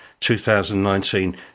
2019